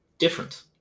different